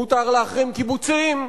מותר להחרים קיבוצים,